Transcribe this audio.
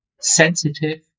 sensitive